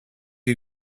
you